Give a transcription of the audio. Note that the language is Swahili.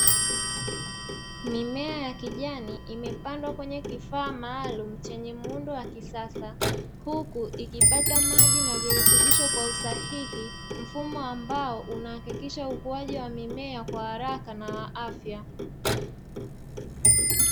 Mimea ya kijani imepandwa kwenye kifaa maalum chenye muundo wa kisasa, huku ikipata maji na virutubisho kwa usahihi. Mfumo ambao unahakikisha ukuaji wa mimea kwa haraka na wa afya